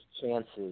chances